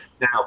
now